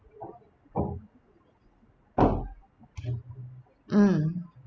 mm